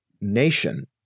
nation